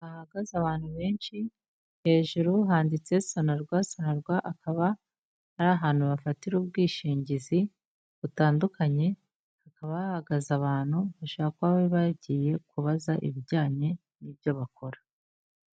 Hahagaze abantu benshi hejuru handitse SONARWA, SONARWA akaba ari ahantu bafatira ubwishingizi butandukanye, hakaba hahagaze abantu bashobora kuba bagiye kubaza ibijyanye n'ibyo bakora.